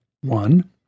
one